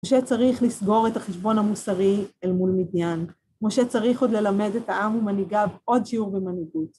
משה צריך לסגור את החשבון המוסרי אל מול מדיין. משה צריך עוד ללמד את העם ומנהיגיו עוד שיעור במנהיגות.